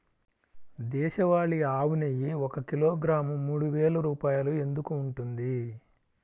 దేశవాళీ ఆవు నెయ్యి ఒక కిలోగ్రాము మూడు వేలు రూపాయలు ఎందుకు ఉంటుంది?